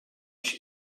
she